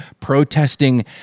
protesting